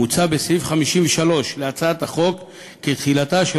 מוצע בסעיף 53 להצעת החוק כי תחילתה של